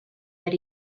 that